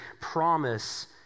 promise